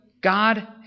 God